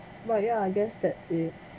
but yeah I guess that's it